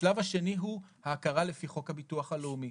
השלב השני הוא הכרה לפי חוק הביטוח הלאומי.